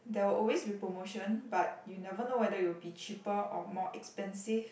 there will always be promotion but you never know whether it will be cheaper or more expensive